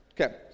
Okay